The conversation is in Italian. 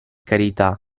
carità